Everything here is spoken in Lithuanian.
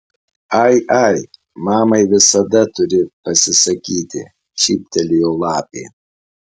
ai ai mamai visada turi pasisakyti šyptelėjo lapė